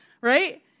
right